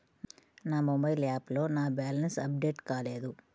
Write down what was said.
నా మొబైల్ యాప్లో నా బ్యాలెన్స్ అప్డేట్ కాలేదు